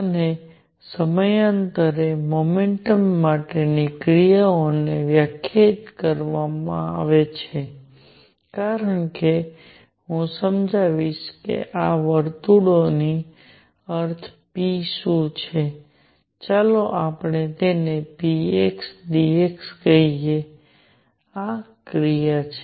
અને સમયાંતરે મોમેન્ટમ માટેની ક્રિયાઓને વ્યાખ્યાયિત કરવામાં આવે છે કારણ કે હું સમજાવીશ કે આ વર્તુળનો અર્થ p શું છે ચાલો આપણે તેને px dx કહીએ આ ક્રિયા છે